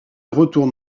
retourne